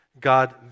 God